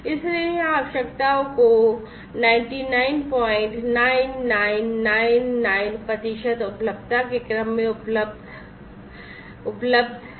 इसलिए यहां आवश्यकताओं को 999999 प्रतिशत उपलब्धता के क्रम में उपलब्धता के लिए है